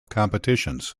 competitions